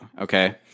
okay